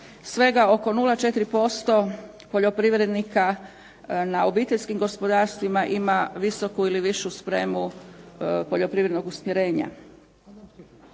svega oko 0,4% poljoprivrednika na obiteljskim gospodarstvima ima visoku ili višu spremu poljoprivrednog usmjerenja,